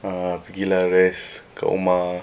uh pergi lah rest dekat rumah